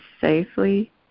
safely